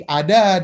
ada